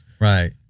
Right